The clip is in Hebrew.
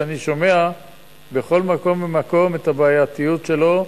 שאני שומע בכל מקום ומקום את הבעייתיות שלו,